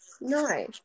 No